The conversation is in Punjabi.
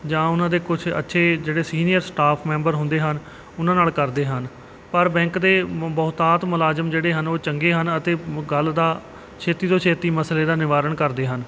ਜਾਂ ਉਹਨਾਂ ਦੇ ਕੁਝ ਅੱਛੇ ਜਿਹੜੇ ਸੀਨੀਅਰ ਸਟਾਫ ਮੈਂਬਰ ਹੁੰਦੇ ਹਨ ਉਹਨਾਂ ਨਾਲ ਕਰਦੇ ਹਨ ਪਰ ਬੈਂਕ ਦੇ ਮ ਬਹੁਤਾਤ ਮੁਲਾਜ਼ਮ ਜਿਹੜੇ ਹਨ ਉਹ ਚੰਗੇ ਹਨ ਅਤੇ ਗੱਲ ਦਾ ਛੇਤੀ ਤੋਂ ਛੇਤੀ ਮਸਲੇ ਦਾ ਨਿਵਾਰਨ ਕਰਦੇ ਹਨ